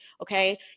Okay